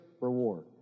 reward